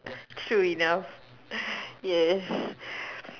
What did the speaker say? true enough yes